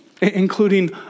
including